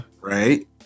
right